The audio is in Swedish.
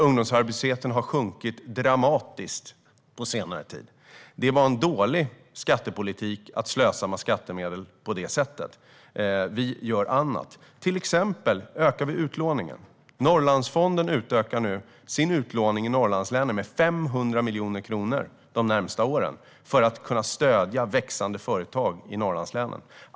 Ungdomsarbetslösheten har sjunkit dramatiskt på senare tid. Det var dålig skattepolitik att slösa med skattemedel på det sättet. Vi gör annat. Vi ökar till exempel utlåningen. Norrlandsfonden utökar sin utlåning i Norrlandslänen med 500 miljoner kronor de närmaste åren, för att kunna stödja växande företag i Norrlandslänen.